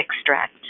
extract